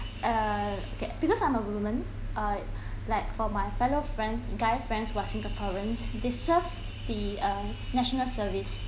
err because I'm a woman err like for my fellow friends guy friends who are singaporeans they serve the uh national service